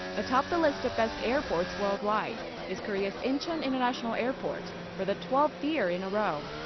atop the list of best airports worldwide is korea's incheon international airport. for the twelfth year in a row.